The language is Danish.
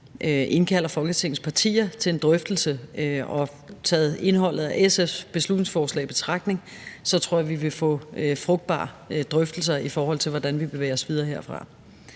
indkalde Folketingets partier til en drøftelse. Og indholdet af SF's beslutningsforslag taget i betragtning tror jeg, vi vil få frugtbare drøftelser, i forhold til hvordan vi bevæger os videre herfra.